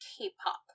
K-pop